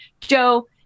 Joe